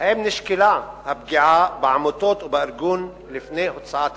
3. האם נשקלה הפגיעה בעמותות ובארגון לפני הוצאת הצו?